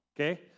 okay